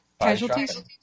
casualties